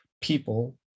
people